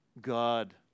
God